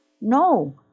no